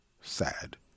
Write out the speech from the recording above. sad